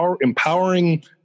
empowering